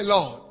Lord